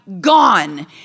Gone